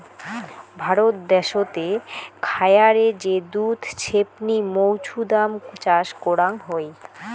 ভারত দ্যাশোতে খায়ারে যে দুধ ছেপনি মৌছুদাম চাষ করাং হই